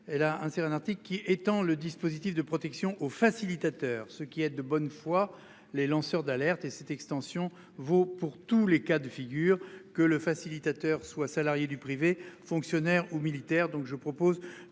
Elle a ainsi romantique qui étend le dispositif de protection aux facilitateurs, ce qui est de bonne foi, les lanceurs d'alerte et cette extension vaut pour tous les cas de figure que le facilitateur soit salarié du privé, fonctionnaires ou militaires. Donc, je propose